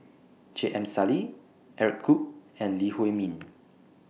J M Sali Eric Khoo and Lee Huei Min